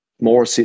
more